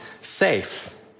safe